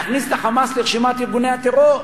להכניס את ה"חמאס" לרשימת ארגוני הטרור.